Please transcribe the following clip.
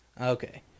okay